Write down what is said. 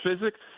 physics